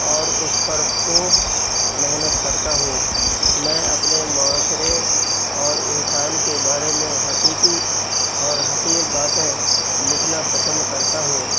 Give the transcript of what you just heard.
اور اس پر خوب محنت کرتا ہوں میں اپنے معاشرے اور انسان کے بارے میں حقیقی اور حقیر باتیں لکھنا پسند کرتا ہوں